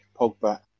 Pogba